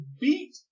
beat